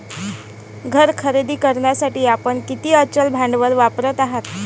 घर खरेदी करण्यासाठी आपण किती अचल भांडवल वापरत आहात?